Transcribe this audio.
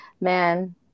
man